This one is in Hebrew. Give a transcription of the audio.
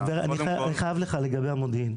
אני חייב לך לגבי המודיעין.